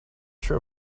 sure